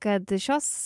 kad šios